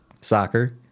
soccer